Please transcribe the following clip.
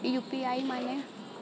UPI माने?